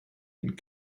and